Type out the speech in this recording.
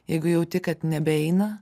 jeigu jauti kad nebeeina